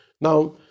Now